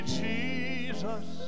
jesus